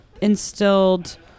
instilled